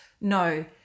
No